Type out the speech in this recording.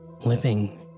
living